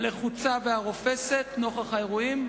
הלחוצה והרופסת נוכח האירועים,